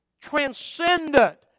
transcendent